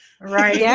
right